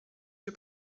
się